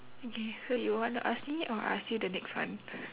okay so you want to ask me or I ask you the next one